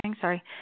sorry